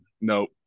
Nope